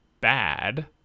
bad